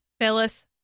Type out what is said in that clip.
Phyllis